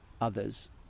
others